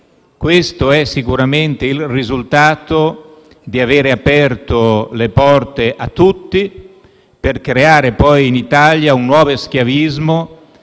questo è sicuramente il risultato di avere aperto le porte a tutti, per creare, poi, in Italia un nuovo schiavismo,